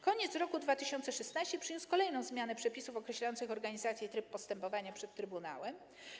Koniec roku 2016 przyniósł kolejną zmianę przepisów określających organizację i tryb postępowania przed trybunałem.